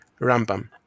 Rambam